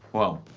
well,